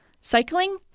cycling